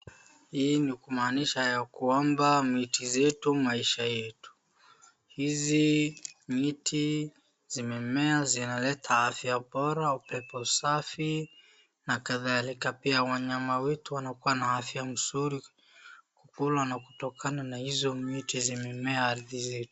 Hii ni kumaanisha ya kwamba miti zetu, maisha yetu. Hizi miti zimemea zinaleta afya bora, upepo usafi na kadhalika. Pia wanyama wetu wanakuwa na afya mzuri, kukula na kutokana na hizo miti zimemea ardhi zetu.